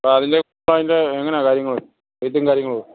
അ അതിൻ്റെ അതിൻ്റെ എങ്ങനാ കാര്യങ്ങൾ റേറ്റും കാര്യങ്ങളും